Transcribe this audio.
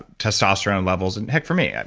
testosterone levels, and heck for me, and